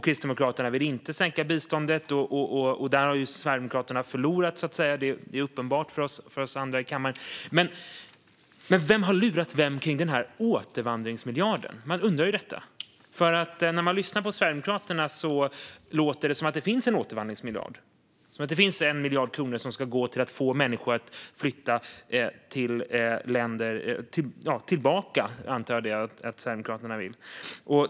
Kristdemokraterna vill inte sänka biståndet, och där har Sverigedemokraterna förlorat. Det är uppenbart för oss andra i kammaren. Men vem har lurat vem när det gäller återvandringsmiljarden? Det undrar man. När man lyssnar på Sverigedemokraterna låter det nämligen som att det finns en återvandringsmiljard, som att det finns 1 miljard kronor som ska gå till att få människor att flytta tillbaka; jag antar att det är vad Sverigedemokraterna vill.